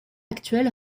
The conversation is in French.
actuel